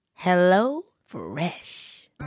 HelloFresh